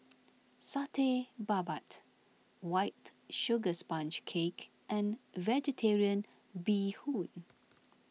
Satay Babat White Sugar Sponge Cake and Vegetarian Bee Hoon